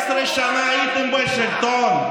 12 שנה הייתם בשלטון.